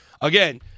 Again